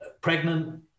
Pregnant